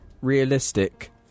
realistic